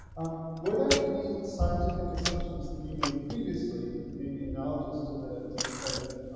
um, were there any scientific assumptions that you made previously maybe analogous to the to the set of